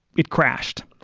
it crashed.